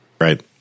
Right